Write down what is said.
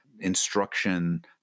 instruction